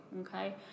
Okay